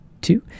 two